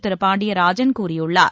திரு பாண்டியராஜன் கூறியுள்ளார்